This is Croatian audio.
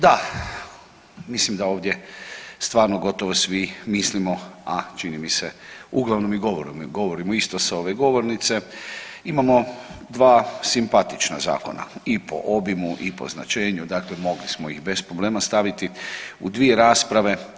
Da, mislim da ovdje stvarno gotovo svi mislimo, a čini mi se uglavnom i govorimo isto sa ove govornice, imamo dva simpatična zakona i po obimu i po značenju, dakle mogli smo ih bez problema staviti u dvije rasprave.